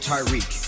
Tyreek